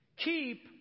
Keep